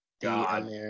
God